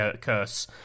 curse